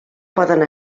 poden